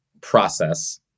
process